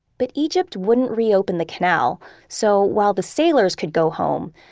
but egypt wouldn't reopen the canal so while the sailors could go home,